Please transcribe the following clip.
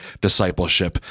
discipleship